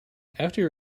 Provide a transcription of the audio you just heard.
after